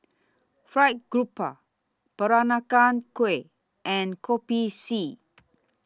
Fried Garoupa Peranakan Kueh and Kopi C